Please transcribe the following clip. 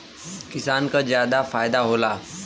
किसान क जादा फायदा होला